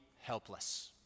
helpless